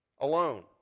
alone